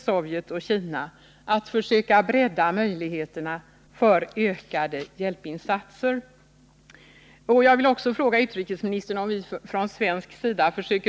Sovjetunionen och Kina, försöka bredda möjligheterna till ökade hjälpinsatser.